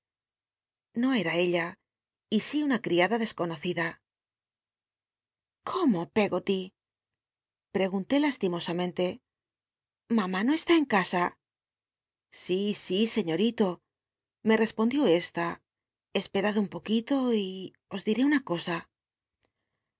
o era ella y si una criada desconocida como pcggoty preguntó lastim osa mente mam i no esti en casa sí sí sciiori o me respondió eslli cspctad un poquito y os diré una cosa